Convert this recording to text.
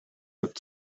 looked